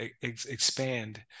expand